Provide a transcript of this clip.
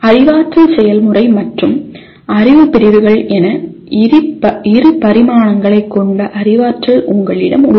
அறிவாற்றல் செயல்முறை மற்றும் அறிவு பிரிவுகள் என இரு பரிமாணங்களைக் கொண்ட அறிவாற்றல் உங்களிடம் உள்ளது